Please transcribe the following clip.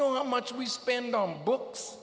know how much we spend on books